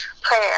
prayer